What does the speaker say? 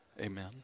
Amen